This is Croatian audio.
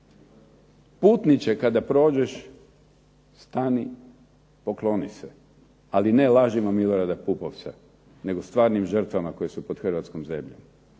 putniče kada prođeš stani i pokloni se. Ali ne lažimo Milorada Pupovca nego stvarnim žrtvama koje su pod Hrvatskom zemljom.